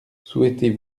souhaitez